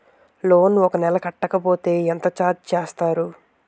Loan ఒక నెల కట్టకపోతే ఎంత ఛార్జ్ చేస్తారు?